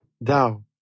Thou